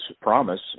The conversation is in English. promise